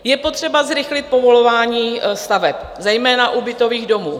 Je potřeba zrychlit povolování staveb, zejména u bytových domů.